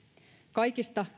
kaikista